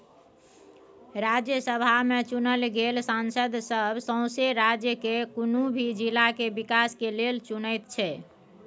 राज्यसभा में चुनल गेल सांसद सब सौसें राज्य केर कुनु भी जिला के विकास के लेल चुनैत छै